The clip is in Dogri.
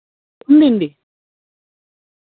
तिन्न दिन दी